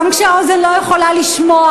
גם כשהאוזן לא יכולה לשמוע?